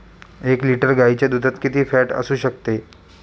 एक लिटर गाईच्या दुधात किती फॅट असू शकते?